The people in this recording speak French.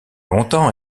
longtemps